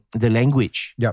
language